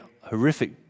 horrific